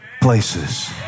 places